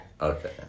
okay